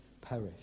perish